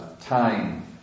time